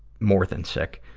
more than sick.